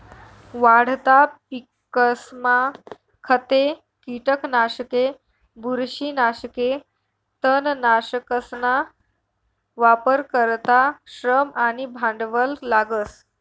वाढता पिकसमा खते, किटकनाशके, बुरशीनाशके, तणनाशकसना वापर करता श्रम आणि भांडवल लागस